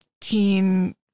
teen